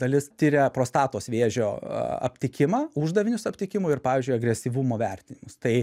dalis tiria prostatos vėžio aptikimą uždavinius aptikimui ir pavyzdžiui agresyvumo vertinimus tai